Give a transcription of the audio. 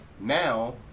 Now